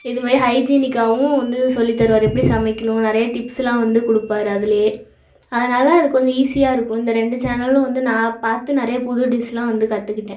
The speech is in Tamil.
இது மாதிரி ஹைஜினிக்காவும் வந்து சொல்லி தருவார் எப்படி சமைக்கணும் நிறையா டிப்ஸ்சுலாம் வந்து கொடுப்பாரு அதுலயே அதனால் அது கொஞ்சம் ஈசியா இருக்கும் இந்த ரெண்டு சேனல்லுழும் வந்து நான் பார்த்து நிறைய புது டிஷ்லாம் வந்து கற்றுக்கிட்டன்